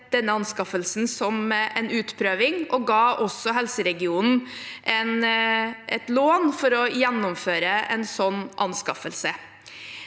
anskaffelsen som en utprøving, og ga også helseregionen et lån for å gjennomføre en sånn anskaffelse.